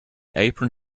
apron